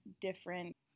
different